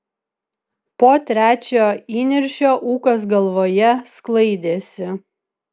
po trečio įniršio ūkas galvoje sklaidėsi